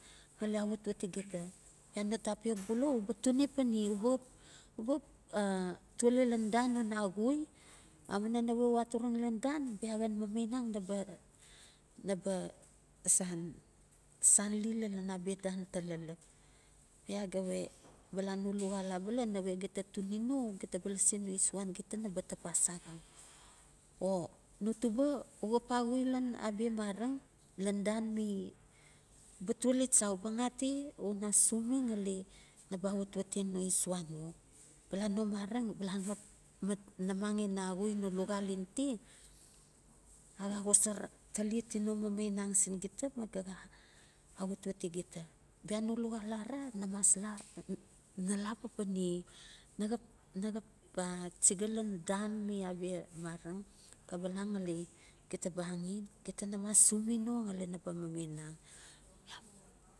Ngali awatwati gita, bia no tapiok bula u ba tuni pan ye, uba xap awali lan dan una axui, amuina nawe u aturunxi lan dan bia xan mamainang naba, naba san sanli lalan abia dan ta lalap. Bia ya ga we bala no luxal abala nawe gita tuni no gita ba lasi no isuan gita naba tapas axau. O no tuba uxap axui lan abia mareng lan dan mi, uba tuali cha uba xati u na sumi ngali naba awatwati no isuan u, bala no mareng bala mat mat namang in axui no luxal in ti axa xosor talitino mamainang sin gita ma ga xa awatwati gita. Bia no luxal arara na la papan ye, na xap nax xap a chiga lan dan mi abia mareng kabala ngali gita ba axen, gita na sumi no ngali naba mamainang, bia mu.